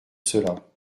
cela